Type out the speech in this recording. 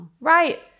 right